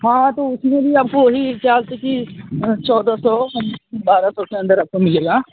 हाँ हाँ तो उसमें भी आपको वही क्या है कि चौदह सौ बारह सौ के अंदर अंदर मिलेगा